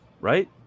right